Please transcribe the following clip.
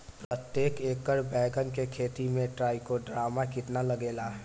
प्रतेक एकर मे बैगन के खेती मे ट्राईकोद्रमा कितना लागेला?